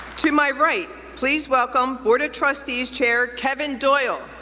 to my right, please welcome board of trustees chair kevin doyle,